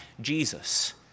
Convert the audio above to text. Jesus